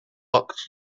locked